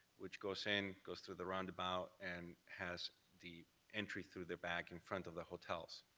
which goes in, goes through the roundabout, and has the entry through the back and front of the hotels.